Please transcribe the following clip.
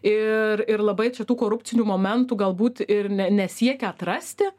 ir ir labai čia tų korupcinių momentų galbūt ir ne nesiekia atrasti